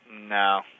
No